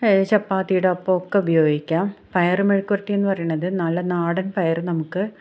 ചപ്പാത്തിയുടെ ഒപ്പം ഒക്കെ ഉപയോഗിക്കാം പയർ മെഴുക്കുപുരട്ടി എന്നു പറയണത് നല്ല നാടൻ പയർ നമുക്ക്